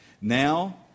Now